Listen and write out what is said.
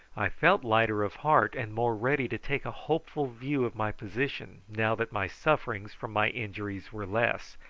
i felt lighter of heart and more ready to take a hopeful view of my position now that my sufferings from my injuries were less,